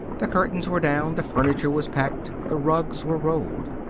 the curtains were down the furniture was packed the rugs were rolled.